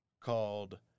called